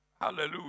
Hallelujah